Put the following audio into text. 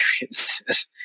experiences